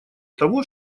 того